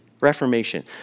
Reformation